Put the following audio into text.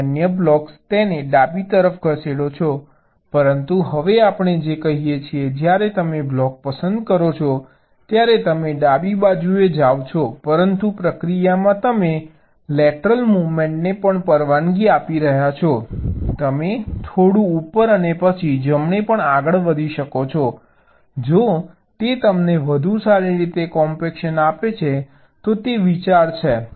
તમે અન્ય બ્લોક તેને ડાબી તરફ ખસેડો છો પરંતુ હવે આપણે જે કહીએ છીએ જ્યારે તમે બ્લોક પસંદ કરો છો ત્યારે તમે ડાબી બાજુએ જાવ છો પરંતુ પ્રક્રિયામાં તમે લેટરલ મૂવમેન્ટને પણ પરવાનગી આપી રહ્યા છો તતમે થોડું ઉપર અને પછી જમણે પણ આગળ વધી શકો છો જો તે તમને વધુ સારી કોમ્પેક્શન આપે છે તો તે વિચાર છે